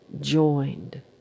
joined